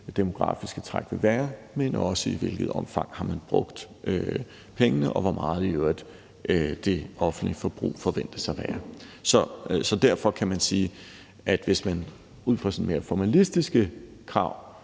demografiske træk vil være, men også i hvilket omfang man har brugt pengene, og hvor meget det offentlige forbrug i øvrigt forventes at være. Så derfor kan man sige, at hvis man ud fra sådan mere formalistiske krav